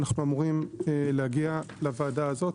אנו אמורים להגיע לוועדה הזאת,